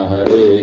Hare